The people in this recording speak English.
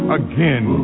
again